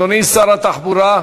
אדוני שר התחבורה,